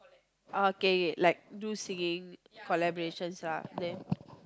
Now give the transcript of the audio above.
okay like do singing collaborations ah then